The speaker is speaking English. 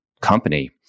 company